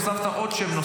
הוספת עוד שם,